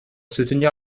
soutenir